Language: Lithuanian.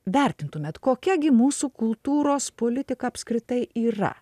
vertintumėt kokia gi mūsų kultūros politika apskritai yra